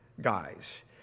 guys